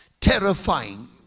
terrifying